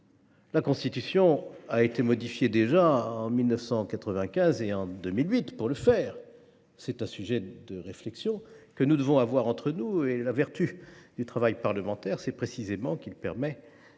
La Constitution a déjà été modifiée, en 1995 et en 2008, pour ce faire. C’est un sujet de réflexion que nous devons avoir entre nous. La vertu du travail parlementaire, c’est précisément qu’il permet